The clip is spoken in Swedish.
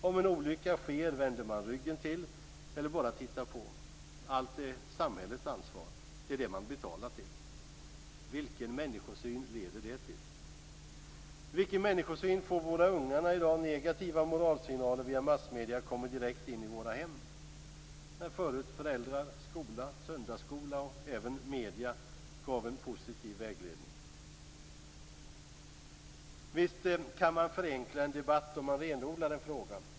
Om en olycka sker vänder man ryggen till eller bara tittar på. Allt är samhällets ansvar. Det är det man har betalat till. Vilken människosyn leder det till? Vilken människosyn får våra unga när i dag negativa moralsignaler via massmedier kommer direkt in i våra hem, där förut föräldrar, skola, söndagsskola och även medierna gav positiv vägledning? Visst kan man förenkla en debatt om man renodlar en fråga.